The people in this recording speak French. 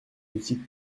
petite